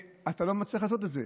ואתה לא מצליח לעשות את זה.